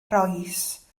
rois